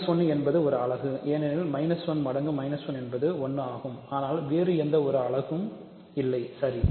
1 என்பது ஒரு அலகு ஏனெனில் 1 மடங்கு 1 என்பது 1 ஆகும் ஆனால் வேறு எந்த அலகுகளும் இல்லை சரி